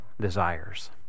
desires